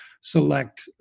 select